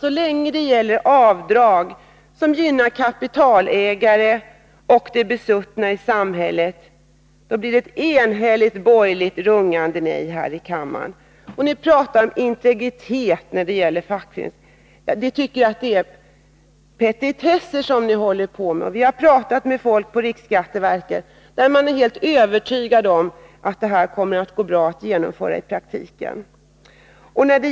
Så länge det gäller avdrag som gynnar kapitalägare och besuttna människor i samhället, blir det ett enhälligt och rungande nej från de borgerliga ledamöterna här i kammaren. Ni talar om integritet när det gäller fackföreningarna. Vi tycker att ni sysslar med petitesser. Folk på riksskattesverket, som vi har talat med, är övertygat om att det i praktiken kommer att gå bra att genomföra denna ordning.